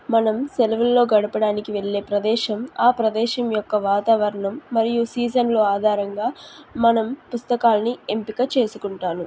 మనం సెలవుల్లో గడపడానికి వెళ్ళే ప్రదేశం ఆ ప్రదేశం యొక్క వాతావరణం మరియు సీజన్లు ఆధారంగా మనం పుస్తకాలని ఎంపిక చేసుకుంటాను